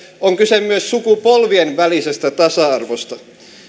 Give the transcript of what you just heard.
on kyse myös sukupolvien välisestä tasa arvosta